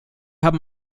haben